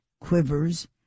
quivers